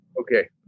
Okay